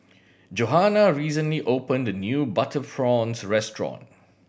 Johannah recently opened a new butter prawns restaurant